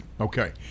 okay